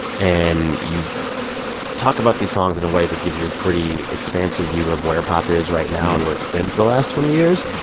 and you talk about these songs in a way that gives you a pretty expansive view of where pop is right now and where it's been for the last twenty years.